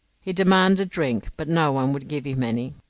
he demanded drink, but no one would give him any.